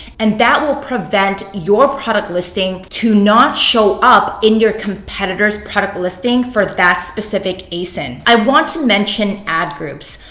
and that will prevent your product listing to not show up in your competitor's product listing for that specific asin. i want to mention ad groups.